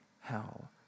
hell